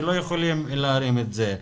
אלה שלא יכולים להרים את זה.